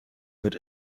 wird